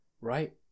right